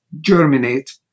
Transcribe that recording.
germinate